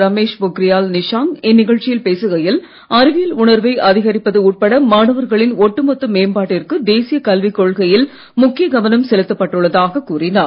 ரமேஷ் பொக்ரியால் நிஷாங்க் இந்நிகழ்ச்சியில் பேசுகையில் அறிவியல் உணர்வை அதிகரிப்பது உட்பட மாணவர்களின் ஒட்டுமொத்த மேம்பாட்டிற்கு தேசிய கல்விக் கொள்கையில் முக்கிய கவனம் செலுத்தப்பட்டு உள்ளதாகக் கூறினார்